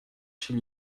chez